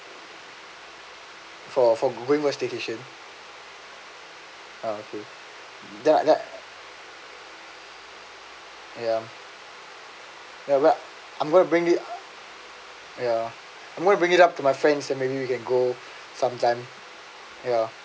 for for going a staycation ah okay that that yeah yeah I'm going to bring it yeah and I'm going to bring it up to my friends and maybe we can go sometime ya